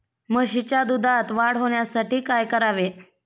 म्हशीच्या दुधात वाढ होण्यासाठी काय करावे?